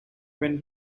when